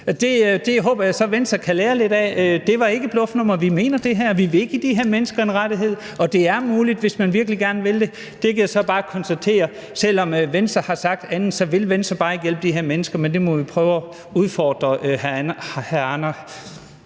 Det håber jeg så at Venstre kan lære lidt af. Det var ikke et bluffnummer. Vi mener det her. Vi vil give de her mennesker en rettighed, og det er muligt, hvis man virkelig gerne vil det. Så jeg kan bare konstatere, at selv om Venstre har sagt andet, vil Venstre bare ikke hjælpe de her mennesker, men det må vi prøve at udfordre hr. Hans